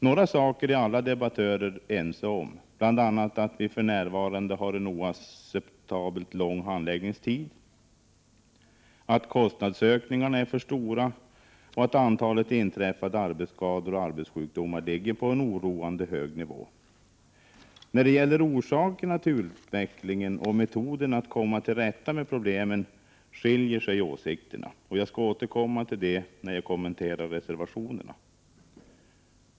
Några saker är alla debattörer ense om, bl.a. att vi för närvarande har oacceptabelt långa handläggningstider, att kostnadsökningarna är för stora och att antalet inträffade arbetsskador och arbetssjukdomar ligger på en oroande hög nivå. Men när det gäller orsakerna till utvecklingen och metoderna att komma till rätta med problemen skiljer sig åsikterna åt. Jag skall återkomma till det när jag kommenterar reservationerna.